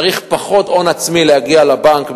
צריך פחות הון עצמי להגיע לבנק,